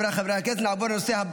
ארבעה נגד, אין נמנעים.